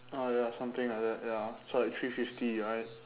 ah ya something like that ya so like three fifty alright